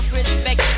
respect